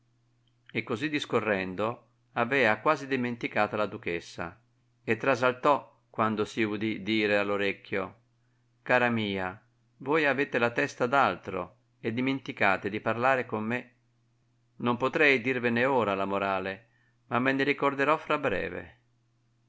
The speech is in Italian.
darcene e così discorrendo avea quasi dimenticata la duchessa e trasaltò quando si udì dire all'orecchio cara mia voi avete la testa ad altro e dimenticate di parlare con me non potrei dirvene ora la morale ma me ne ricorderò fra breve